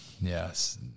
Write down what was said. Yes